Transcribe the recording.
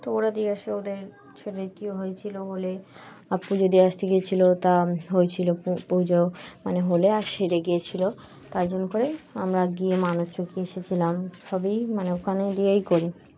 তো ওরা দিয়ে এসে ওদের ছেলের কী হয়েছিলো হলে আর পুজো দিয়ে আসতে গিয়েছিলো তা হয়েছিলো পুজো মানে হলে আর সেরে গিয়েছিলো তার জন্য করে আমরা গিয়ে মানুষ এসেছিলাম সবই মানে ওখানে দিয়েই করি